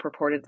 purportedly